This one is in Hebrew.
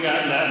שנייה.